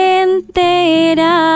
entera